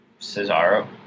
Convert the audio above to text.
Cesaro